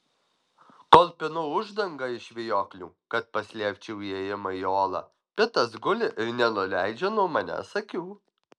kol pinu uždangą iš vijoklių kad paslėpčiau įėjimą į olą pitas guli ir nenuleidžia nuo manęs akių